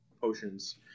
potions